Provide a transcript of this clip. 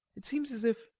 it seems as if